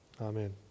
Amen